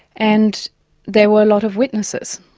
and there were a lot of witnesses.